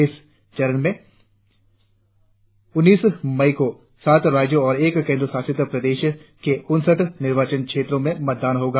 इस चरण में उन्नीस मई को सात राज्यों और एक केंद्र शासित प्रदेश के उनसठ निर्वाचन क्षेत्रों में मतदान होगा